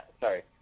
Sorry